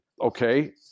Okay